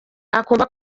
akumva